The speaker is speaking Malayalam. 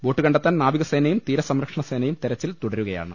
ബോട്ട് കണ്ടെത്താൻ നാവികസേനയും തീരസംരക്ഷണ സേനയും തെരച്ചിൽ തുടരുകയാണ്